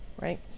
right